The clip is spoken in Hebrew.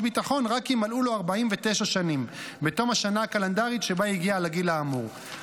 ביטחון רק אם מלאו לו 49 שנים בתום השנה הקלנדרית שבה הגיע לגיל האמור.